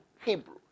Hebrew